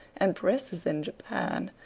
and pris is in japan,